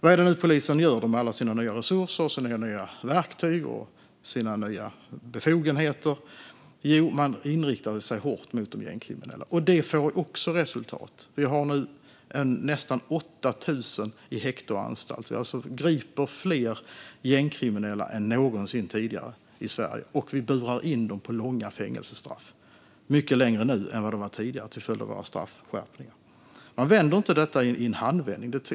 Vad är det då polisen gör med alla sina nya resurser, nya verktyg och nya befogenheter? Jo, man har inriktat sig hårt mot de gängkriminella. Det får också resultat. Vi har nu nästan 8 000 i häkte och på anstalter. Vi griper alltså fler gängkriminella än någonsin tidigare i Sverige, och vi burar in dem på långa fängelsestraff, som är mycket längre nu än tidigare, till följd av våra straffskärpningar. Man vänder inte detta i en handvändning.